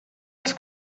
els